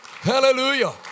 Hallelujah